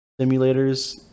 simulators